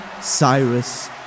Cyrus